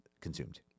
consumed